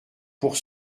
pour